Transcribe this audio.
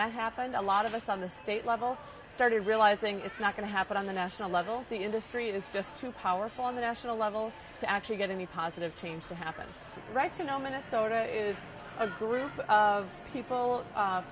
that happened a lot of us on the state level started realizing it's not going to happen on the national level the industry is just too powerful on the national level to actually get any positive change to happen right you know minnesota is a group of people